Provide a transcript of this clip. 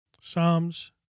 Psalms